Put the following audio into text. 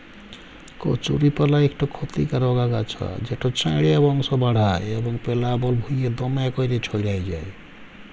কচুরিপালা ইকট খতিকারক আগাছা যেট চাঁড়ে বংশ বাঢ়হায় এবং পেলাবল ভুঁইয়ে দ্যমে ক্যইরে ছইড়াই যায়